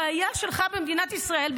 הבעיה שלך במדינת ישראל,